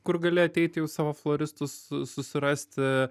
kur gali ateiti jau savo floristus su susirasti